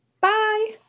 Bye